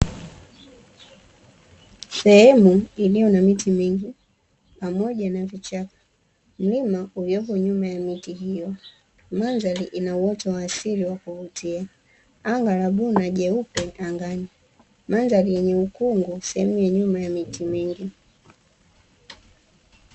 Sehemu iliyo na miti mingi pamoja na vichaka mlima uliopo nyuma ya miti hiyo mandhari ina uwoto waasili wa kuvutia, anga la bluu na jeupe angani mandhari yenye ukungu sehemu ya nyuma ya miti mingi.